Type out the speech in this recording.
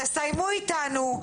תסיימו איתנו.